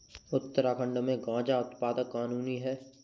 उत्तराखंड में गांजा उत्पादन कानूनी है